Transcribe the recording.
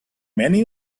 many